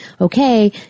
Okay